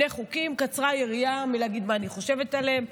קצרה היריעה מלהגיד מה אני חושבת עליהם,